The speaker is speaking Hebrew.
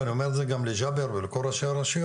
ואני אומר את זה גם לג'בר ולכל ראשי הרשויות,